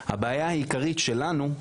הבעיה העיקרית שלנו,